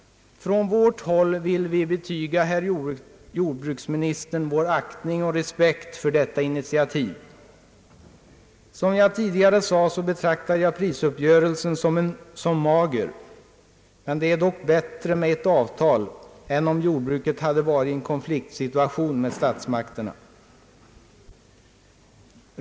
Från vårt håll vill vi betyga herr jordbruksministern vår aktning och respekt för detta initiativ. Som jag tidigare sagt betraktar jag prisuppgörelsen som mager, men det är bättre att man har ett avtal än att jordbruket varit i konflikt med statsmakterna.